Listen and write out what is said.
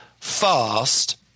fast